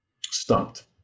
stumped